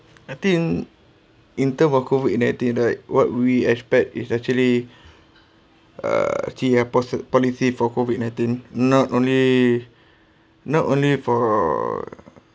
I think in terms of COVID nineteen right what we expect is actually err actually have policy for COVID nineteen not only not only for